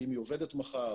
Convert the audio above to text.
האם היא עובדת מחר,